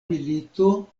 milito